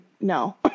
no